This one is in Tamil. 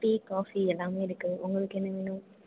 டீ காஃபி எல்லாமே இருக்குது உங்களுக்கு என்ன வேணும்